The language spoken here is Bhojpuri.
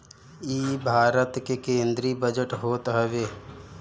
इ भारत के केंद्रीय बजट होत हवे